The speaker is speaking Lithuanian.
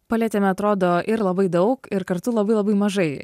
palietėme atrodo ir labai daug ir kartu labai labai mažai